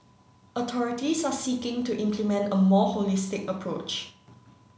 authorities are seeking to implement a more holistic approach